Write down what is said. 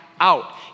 out